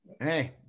Hey